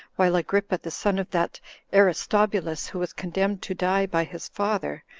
while agrippa, the son of that aristobulus who was condemned to die by his father,